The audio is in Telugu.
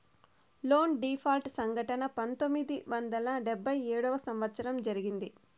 లోన్ డీపాల్ట్ సంఘటన పంతొమ్మిది వందల డెబ్భై ఏడవ సంవచ్చరంలో జరిగింది